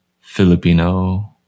Filipino